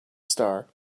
star